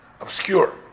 obscure